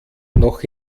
noch